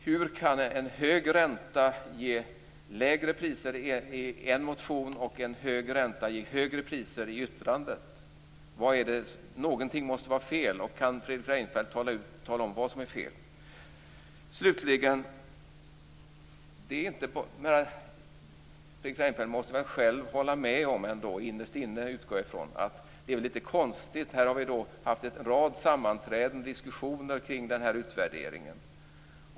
Hur kan en hög ränta ge lägre priser i en motion och en hög ränta ge högre priser i yttrandet? Något måste vara fel. Kan Fredrik Reinfeldt tala om vad som är fel? Slutligen: Fredrik Reinfeldt måste väl själv ändå innerst inne hålla med om, utgår jag ifrån, att det här är lite konstigt. Här har vi haft en rad sammanträden och diskussioner kring den här utvärderingen.